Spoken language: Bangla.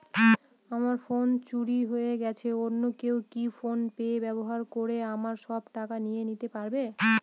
আমার ফোন চুরি হয়ে গেলে অন্য কেউ কি ফোন পে ব্যবহার করে আমার সব টাকা নিয়ে নিতে পারবে?